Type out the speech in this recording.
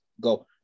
go